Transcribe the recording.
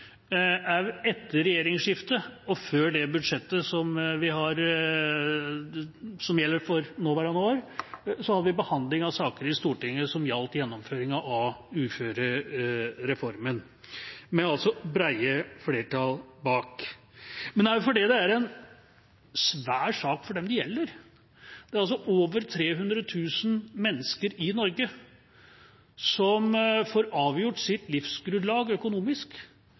etter regjeringsskiftet og før det budsjettet som gjelder for nåværende år, har vi hatt behandling av saker i Stortinget som gjaldt gjennomføringen av uførereformen, med brede flertall bak. Men det er også en svær sak for dem det gjelder. Det er over 300 000 mennesker i Norge som får avgjort sitt livsgrunnlag økonomisk